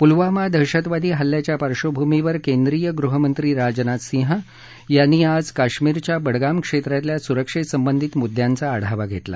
पुलवामा दहशतवादी हल्ल्याच्या पार्श्वभूमीवर केंद्रीय गृहमंत्री राजनाथ सिंह यांनी आज कश्मीरच्या बडगाम क्षेत्रातल्या सुरक्षेसंबंधित मुद्यांचा आढावा घेतला